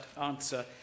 answer